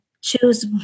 choose